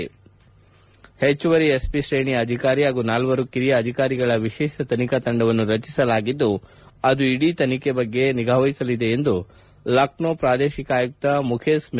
ಪೆಚ್ಚುವರಿ ಎಸ್ಪಿ ಶ್ರೇಣಿಯ ಅಧಿಕಾರಿ ಪಾಗೂ ನಾಲ್ವರು ಕಿರಿಯ ಅಧಿಕಾರಿಗಳ ವಿಶೇಷ ತನಿಖಾ ತಂಡವನ್ನು ರಚಿಸಲಾಗಿದ್ದು ಅದು ಇಡೀ ತನಿಖೆಯ ಬಗ್ಗೆ ನಿಗಾವಹಿಸಲಿದೆ ಎಂದು ಲಕ್ನೋ ಪ್ರಾದೇಶಿಕ ಆಯುಕ್ತ ಮುಖೇಸ್ ಮೆಶ್ರಮ್ ತಿಳಿಸಿದ್ದಾರೆ